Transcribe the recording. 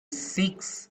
seeks